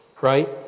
Right